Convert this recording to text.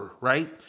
right